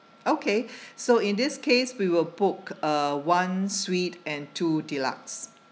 okay so in this case we will book uh one suite and two deluxe